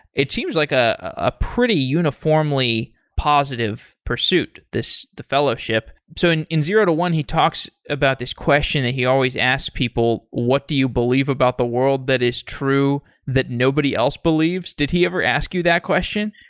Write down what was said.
it seems like ah a pretty uniformly positive pursuit, the fellowship. so in in zero to one he talks about this question that he always asks people, what do you believe about the world that is true that nobody else believes? did he ever ask you that question?